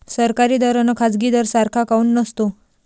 सरकारी दर अन खाजगी दर सारखा काऊन नसतो?